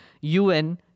UN